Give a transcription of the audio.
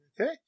okay